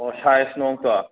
ꯑꯣ ꯁꯥꯏꯖ ꯅꯨꯡꯗꯣ